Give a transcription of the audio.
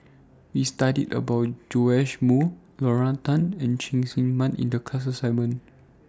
We studied about Joash Moo Lorna Tan and Cheng Tsang Man in The class assignment